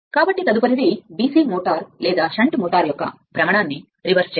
కాబట్టి తదుపరిది DC motor లేదా షంట్ మోటర్ యొక్క భ్రమణాన్ని తిప్పికొట్టడం